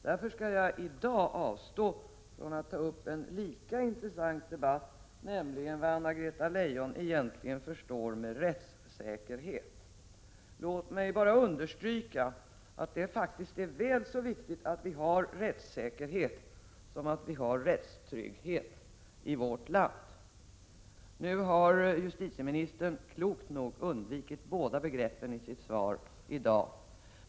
Jag skall därför i dag avstå från att ta upp en lika intressant debatt, nämligen vad Anna-Greta Leijon egentligen förstår med rättssäkerhet. Låt mig bara understryka att det faktiskt är väl så viktigt att vi har rättssäkerhet som att vi har rättstrygghet i vårt land. Nu har justitieministern klokt nog undvikit båda begreppen i sitt svar i dag.